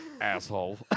asshole